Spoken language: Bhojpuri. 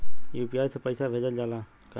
यू.पी.आई से पईसा भेजल जाला का?